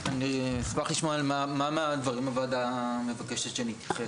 אני אשמח לשמוע מה מהדברים הוועדה מבקשת שאני אתייחס.